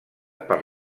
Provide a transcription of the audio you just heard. per